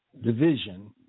division